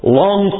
long